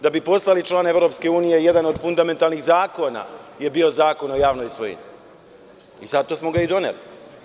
Da bi postali član EU jedan od fundamentalnih zakona je bio Zakon o javnoj svojini i zato smo ga i doneli.